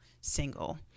single